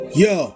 yo